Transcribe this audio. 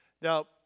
Now